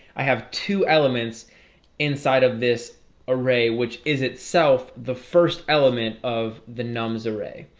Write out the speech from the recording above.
i have two elements inside of this array which is itself the first element of the nums array.